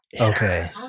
Okay